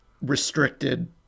restricted